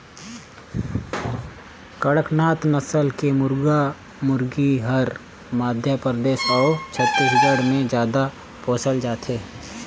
कड़कनाथ नसल के मुरगा मुरगी हर मध्य परदेस अउ छत्तीसगढ़ में जादा पोसल जाथे